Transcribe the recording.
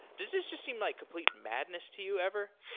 does this just seem like complete madness to you ever?